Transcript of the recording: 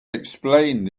explained